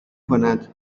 کند